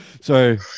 sorry